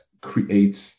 creates